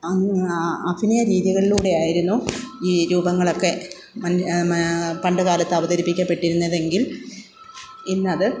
അഭിനയരീതികളിലൂടെയായിരുന്നു ഈ രൂപങ്ങളൊക്കെ നൽ പണ്ടുകാലത്ത് അവതരിപ്പിക്കപ്പെട്ടിരുന്നതെങ്കിൽ ഇന്നത്